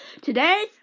Today